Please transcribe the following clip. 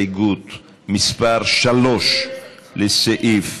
קבוצת סיעת